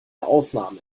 ausnahme